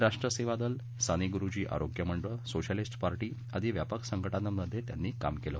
राष्ट्र Sevadal Sane Guruji Arogya Mandal socialist party आदी व्यापक संघटनांमध्ये त्यांनी काम केलं